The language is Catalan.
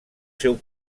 seu